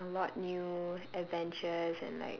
a lot new adventures and like